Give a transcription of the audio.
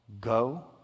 Go